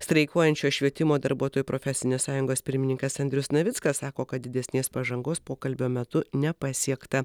streikuojančios švietimo darbuotojų profesinės sąjungos pirmininkas andrius navickas sako kad didesnės pažangos pokalbio metu nepasiekta